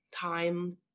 time